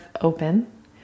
open